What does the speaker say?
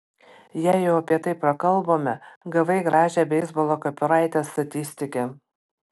jei jau apie tai prakalbome gavai gražią beisbolo kepuraitę statistike